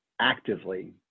actively